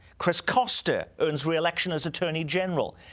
chris koster earns reelection as attorney general.